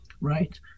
right